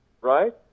right